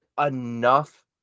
enough